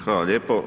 Hvala lijepo.